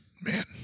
man